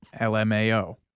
LMAO